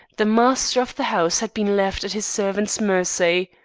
the master of the house had been left at his servants' mercy.